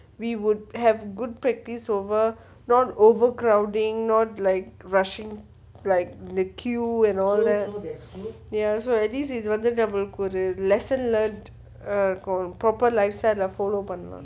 we would have good practice over not overcrowding not like rushing like the queue and all that ya so at least இது வந்து நம்மளுக்கு ஒரு:ithu vanthu nammalukku oru lesson learnt style ah follow பண்றோம்:panrom